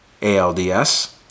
ALDS